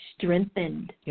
strengthened